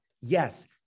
Yes